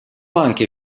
anche